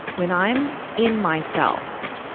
when i'm in myself,